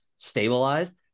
stabilized